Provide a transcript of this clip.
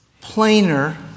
plainer